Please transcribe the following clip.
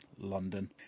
London